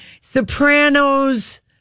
Sopranos